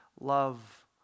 love